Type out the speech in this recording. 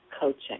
Coaching